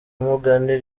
mugani